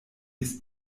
ist